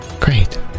Great